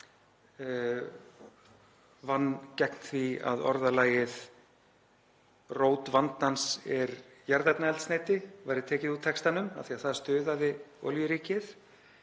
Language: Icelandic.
vann að því að orðalagið „rót vandans er jarðefnaeldsneyti“ yrði tekið úr textanum af því að það stuðaði olíuríkið.